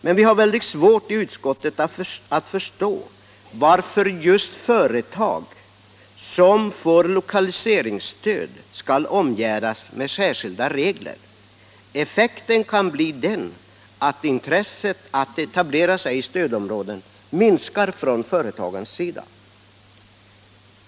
Men vi har väldigt svårt att förstå varför just företag som får lokaliseringsstöd skall omgärdas med särskilda regler. Effekten kan bli den att intresset från företagens sida för att etablera sig i stödområdena minskar.